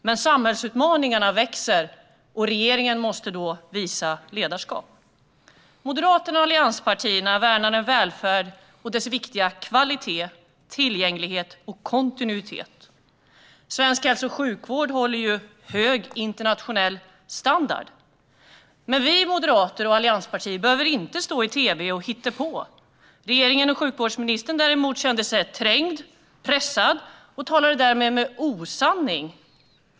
Men samhällsutmaningarna växer, och regeringen måste då visa ledarskap. Moderaterna och allianspartierna värnar en välfärd och dess viktiga kvalitet, tillgänglighet och kontinuitet. Svensk hälso och sjukvård håller hög internationell standard. Men vi moderater och allianspartier behöver inte stå i tv och hitta på. Regeringen och sjukvårdsministern, däremot, kände sig trängda och pressade och talade därmed osanning.